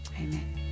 Amen